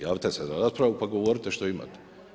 Javite se za raspravu pa govorite što imate.